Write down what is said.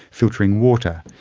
filtering water,